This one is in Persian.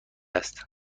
است